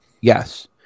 Yes